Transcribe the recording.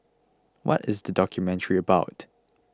what is the documentary about